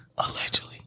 Allegedly